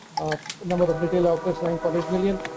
the number of retail outlets nine point eight million.